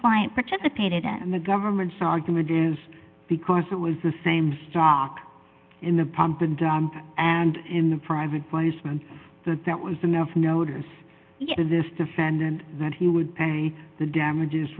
client participated in the government's argument is because it was the same stock in the pump and dump and in the private placement that that was enough notice of this defendant that he would carry the damages